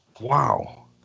Wow